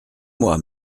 moi